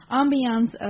ambiance